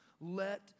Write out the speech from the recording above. let